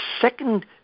second